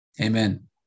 Amen